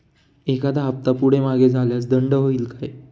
एखादा हफ्ता पुढे मागे झाल्यास दंड होईल काय?